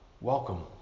Welcome